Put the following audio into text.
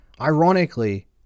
Ironically